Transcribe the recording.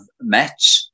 met